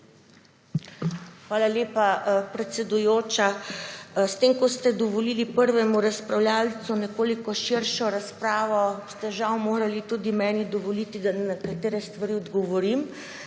Hvala lepa, predsedujoča. S tem, ko ste dovolili prvemu razpravljavcu nekoliko širšo razpravo, ste žal morali tudi meni dovoliti, da na nekatere stvari odgovorim,